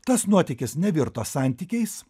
tas nuotykis nevirto santykiais